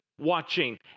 watching